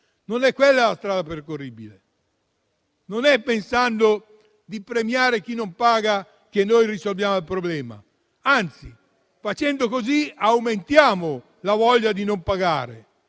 non è quella la strada percorribile. Non è pensando di premiare chi non paga che noi risolviamo il problema. Anzi, facendo così, aumentiamo la voglia di non pagare.